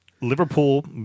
Liverpool